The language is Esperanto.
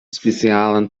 specialan